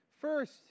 First